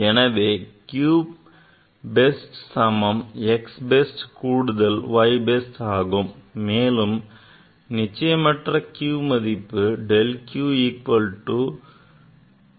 எனவே q best சமம் x best கூடுதல் y best ஆகும் மேலும் நிச்சயமற்ற q மதிப்பு del q equal to plus minus